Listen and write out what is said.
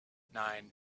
nine